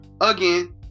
again